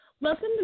Welcome